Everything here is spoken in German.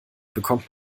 bekommt